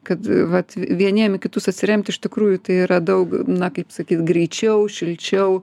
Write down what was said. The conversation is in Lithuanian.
kad vat vieniem į kitus atsiremt iš tikrųjų tai yra daug na kaip sakyt greičiau šilčiau